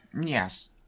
Yes